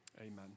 Amen